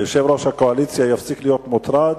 יושב-ראש הקואליציה יפסיק להיות מוטרד.